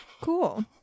cool